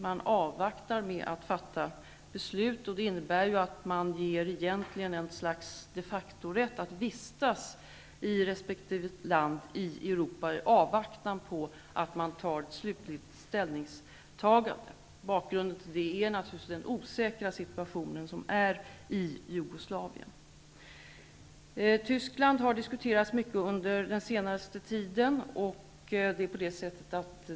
Man väntar med att fatta beslut, vilket egentligen innebär en de facto-rätt att vistas i resp. land i Europa i avvaktan på slutligt beslut. Bakgrunden är naturligtvis den osäkra situationen i Under den senaste tiden har Tyskland diskuterats mycket.